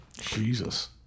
Jesus